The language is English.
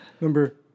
number